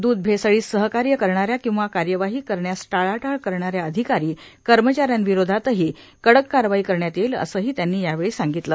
दूध भेसळीस सहकार्य करणाऱ्या किंवा कार्यवाही करण्यास टाळाटाळ करणाऱ्या अधिकारीए कर्मचाऱ्यांविरोधातही कडक कारवाई करण्यात येईलए असंही त्यांनी यावेळी सांगितलं